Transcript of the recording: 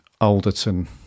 Alderton